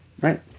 Right